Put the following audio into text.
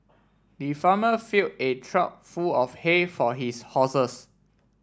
the farmer fill a trough full of hay for his horses